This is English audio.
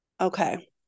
Okay